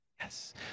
Yes